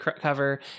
cover